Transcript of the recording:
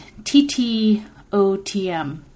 TTOTM